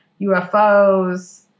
UFOs